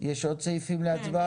האם יש עוד סעיפים להצבעה?